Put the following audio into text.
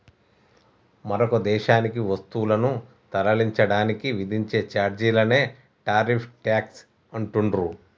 మరొక దేశానికి వస్తువులను తరలించడానికి విధించే ఛార్జీలనే టారిఫ్ ట్యేక్స్ అంటుండ్రు